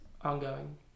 ongoing